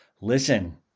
Listen